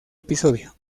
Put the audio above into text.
episodio